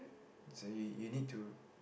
so you you need to